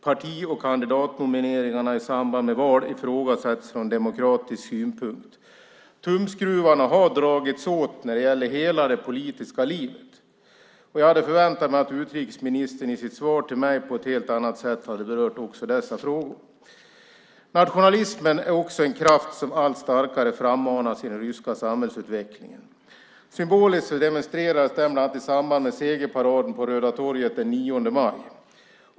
Parti och kandidatnomineringarna i samband med val ifrågasätts från demokratisk synpunkt. Tumskruvarna har dragits åt när det gäller hela det politiska livet. Jag hade väntat mig att utrikesministern i sitt svar till mig på ett helt annat sätt skulle beröra också dessa frågor. Nationalismen är också en kraft som allt starkare frammanas i den ryska samhällsutvecklingen. Symboliskt demonstrerades detta i samband med segerparaden på Röda torget den 9 maj.